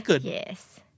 yes